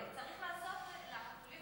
רק שנייה.